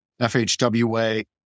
FHWA